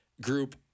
group